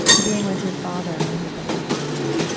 being with your father when he was dying,